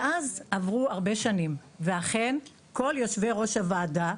מאז עברו הרבה שנים ואכן כל יושבי ראש הוועדה,